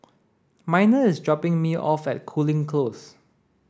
Miner is dropping me off at Cooling Close